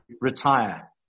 retire